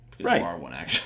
Right